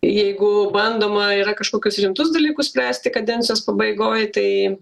jeigu bandoma yra kažkokius rimtus dalykus spręsti kadencijos pabaigoj tai